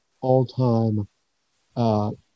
all-time